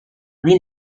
lui